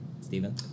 Steven